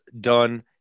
done